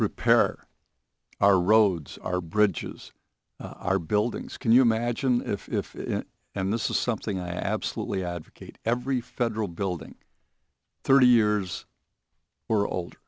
repair our roads our bridges our buildings can you imagine if and this is something i absolutely advocate every federal building thirty years or old